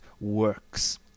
Works